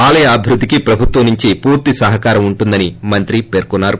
ఆలయ అభివృద్దికి ప్రభుత్వం నుంచి పూర్తి సహకారం ఉంటుందని మంత్రి తెలిపారు